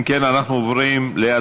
אם כן, אנחנו עוברים להצבעה.